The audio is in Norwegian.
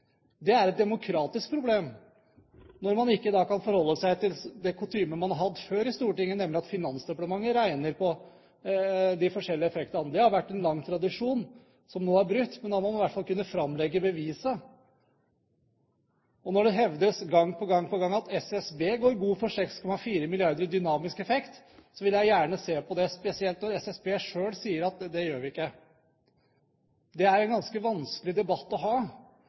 Det er et demokratisk problem når man ikke kan forholde seg til den kutymen man har hatt før i Stortinget, nemlig at Finansdepartementet regner på de forskjellige effektene. Det har vært en lang tradisjon som nå er brutt. Man må i hvert fall kunne framlegge bevisene, og når det hevdes gang på gang på gang at SSB går god for 6,4 mrd. kr i dynamisk effekt, vil jeg gjerne se det – spesielt når SSB selv sier at de ikke gjør det. Det er en ganske vanskelig debatt å ha,